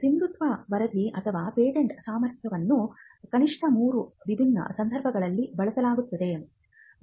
ಸಿಂಧುತ್ವ ವರದಿ ಅಥವಾ ಪೇಟೆಂಟ್ ಸಾಮರ್ಥ್ಯವನ್ನು ಕನಿಷ್ಠ 3 ವಿಭಿನ್ನ ಸಂದರ್ಭಗಳಲ್ಲಿ ಬಳಸಲಾಗುತ್ತದೆ